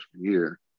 year